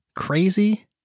Crazy